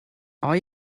are